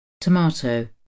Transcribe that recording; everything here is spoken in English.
tomato